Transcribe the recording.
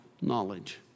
knowledge